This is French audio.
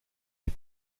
les